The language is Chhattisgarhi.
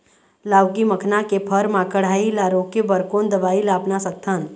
लाउकी मखना के फर मा कढ़ाई ला रोके बर कोन दवई ला अपना सकथन?